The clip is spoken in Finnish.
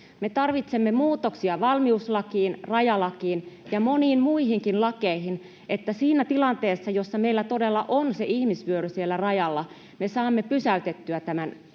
Me tarvitsemme muutoksia valmiuslakiin, rajalakiin ja moniin muihinkin lakeihin, niin että siinä tilanteessa, jossa meillä todella on se ihmisvyöry siellä rajalla, me saamme pysäytettyä tämän